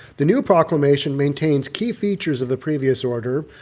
the new proclamation maintains key features of the previous order,